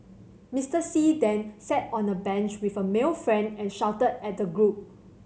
Mister See then sat on a bench with a male friend and shouted at the group